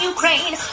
Ukraine